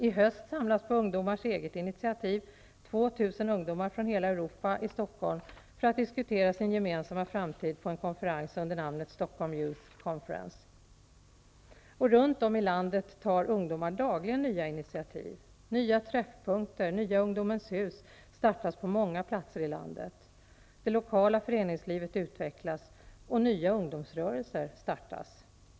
I höst samlas, på ungdomars eget initiativ, 2 000 ungdomar från hela Europa i Stockholm för att diskutera sin gemensamma framtid på en konferens under namnet Stockholm Runt om i landet tar ungdomar dagligen nya initiativ. Nya träffpunkter, t.ex. ungdomens hus, startas på många platser. Det lokala föreningslivet utvecklas, och nya ungdomsrörelser startas.